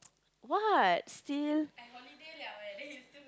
what still